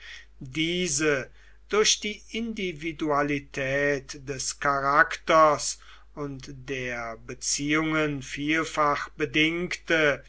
diese durch die individualität des charakters und der beziehungen vielfach bedingte